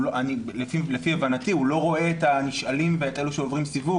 לפי הבנתי הוא לא רואה את הנשאלים ואת אלו שעוברים סיווג,